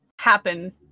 happen